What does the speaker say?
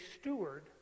steward